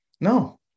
No